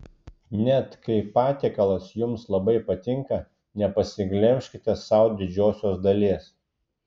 net kai patiekalas jums labai patinka nepasiglemžkite sau didžiosios dalies